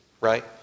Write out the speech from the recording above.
right